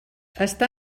està